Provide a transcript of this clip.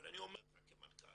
אבל אני אומר לכם כמנכ"ל,